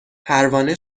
پروانه